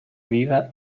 viva